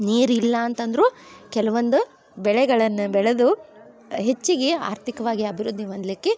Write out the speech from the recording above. ನೀರು ಇಲ್ಲಾ ಅಂತಂದ್ರು ಕೆಲವೊಂದು ಬೆಳೆಗಳನ್ನ ಬೆಳೆದು ಹೆಚ್ಚಿಗೆ ಆರ್ಥಿಕವಾಗಿ ಅಭಿವೃದ್ಧಿ ಹೊಂದಲಿಕ್ಕೆ